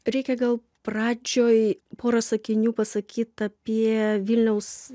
reikia gal pradžioj porą sakinių pasakyt apie vilniaus